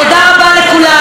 תודה רבה לכולם.